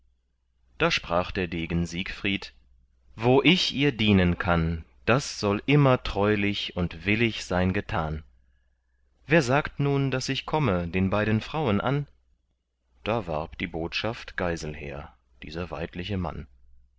da sprach der degen siegfried wo ich ihr dienen kann das soll immer treulich und willig sein getan wer sagt nun daß ich komme den beiden frauen an da warb die botschaft geiselher dieser weidliche mann